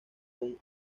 con